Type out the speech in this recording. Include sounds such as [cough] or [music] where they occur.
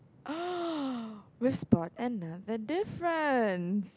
[noise] we spot another difference